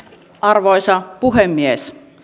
arvoisa puhemies